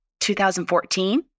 2014